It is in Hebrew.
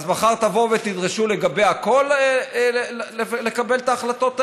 אז מחר תבואו ותדרשו לגבי הכול לקבל את ההחלטות האלה?